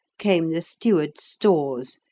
came the steward's stores,